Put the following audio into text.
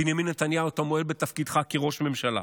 בנימין נתניהו, אתה מועל בתפקידך כראש ממשלה.